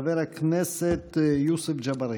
חבר הכנסת יוסף ג'בארין.